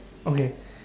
okay